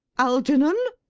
algernon.